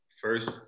first